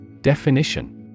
Definition